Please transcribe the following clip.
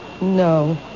No